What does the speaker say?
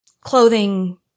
clothing